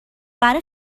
برای